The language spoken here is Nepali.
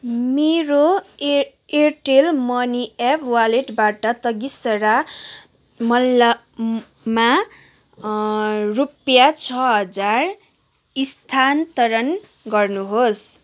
मेरो एयरटेल मनी एप वालेटबाट तगिसरा मल्लमा रुपियाँ छ हजार स्थानान्तरण गर्नुहोस्